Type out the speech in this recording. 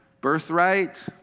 Birthright